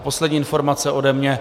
A poslední informace ode mě.